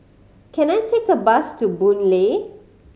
can I take a bus to Boon Lay